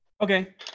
Okay